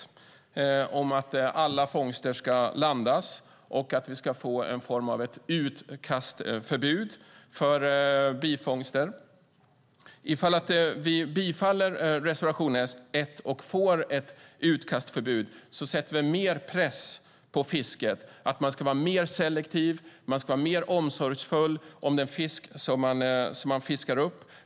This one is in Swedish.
Den handlar om att alla fångster ska landas och att vi ska få någon form av utkastförbud för bifångster. Om vi bifaller reservation 1 och får ett utkastförbud sätter vi mer press på fisket. Man ska vara mer selektiv och mer omsorgsfull om den fisk man fiskar upp.